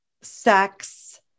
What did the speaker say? sex